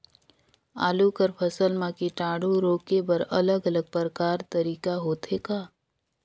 आलू कर फसल म कीटाणु रोके बर अलग अलग प्रकार तरीका होथे ग?